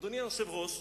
אדוני היושב-ראש,